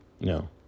No